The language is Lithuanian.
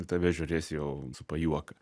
į tave žiūrės jau su pajuoka